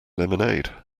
lemonade